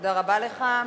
תודה רבה לך.